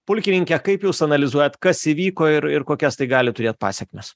pulkininke kaip jūs analizuojat kas įvyko ir ir kokias tai gali turėt pasekmes